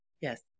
Yes